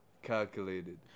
calculated